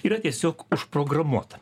yra tiesiog užprogramuota